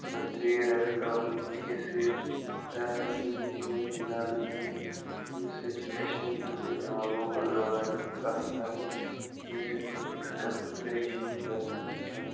اگر ٹرٛیڈ آسہِ کَرُن بیٚکِس سۭتۍ سُہ آسہِ نہٕ اِنٛگلِش وِنٛگلِش زانان کیٚنٛہہ تٔمِس سۭتۍ چھِ کَشمیٖری پٲٹھۍ یِوان لوکَل زَبانہٕ مہ کَتھ کَرنہٕ ییٚمہِ سۭتۍ نہٕ تٔمِس کانٛہہ پریشٲنی گژھان چھِ کیٚنٛہہ